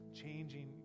changing